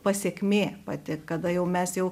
pasekmė pati kada jau mes jau